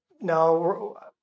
no